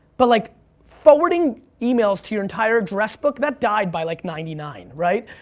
but like forwarding emails to your entire address book, that died by like ninety nine, right?